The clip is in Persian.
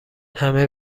همه